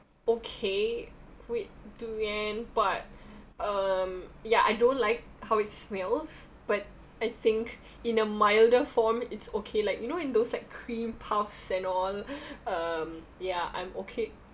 okay with durian but um ya I don't like how it smells but I think in a milder form it's okay like you know in those like cream puff and all um ya I'm okay